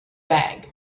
bag